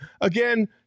again